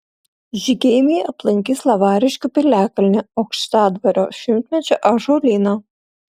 žygeiviai aplankys lavariškių piliakalnį aukštadvario šimtmečio ąžuolyną